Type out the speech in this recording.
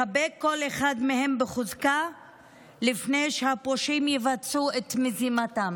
לחבק כל אחד מהם בחוזקה לפני שהפושעים יבצעו את מזימתם.